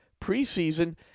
preseason